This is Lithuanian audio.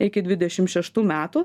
iki dvidešim šeštų metų